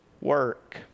work